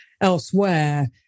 elsewhere